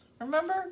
Remember